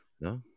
No